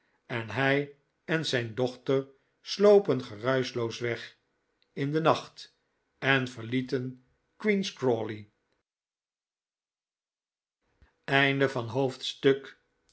en hij en zijn dochter slopen geruischloos weg in den nacht en verlieten queen's crawley hoofdstuk